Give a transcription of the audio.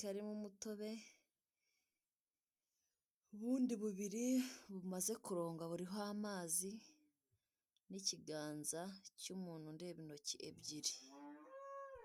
karimo umutobe ubundi bubiri bumaze kurongwa buriho amazi nikiganza cyumuntu ureba intoki ebyiri.